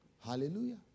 Hallelujah